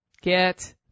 get